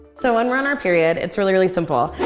so when we're on our period, it's really, really simple.